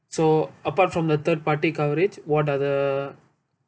so apart from the third party coverage what other